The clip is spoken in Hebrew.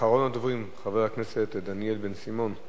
אחרון הדוברים, חבר הכנסת דניאל בן-סימון.